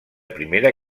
primera